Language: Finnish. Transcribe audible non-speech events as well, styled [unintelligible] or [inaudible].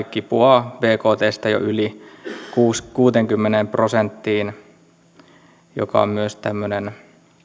[unintelligible] kipuaa bktsta jo yli kuuteenkymmeneen prosenttiin joka on myös tämmöinen